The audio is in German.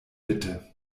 bitte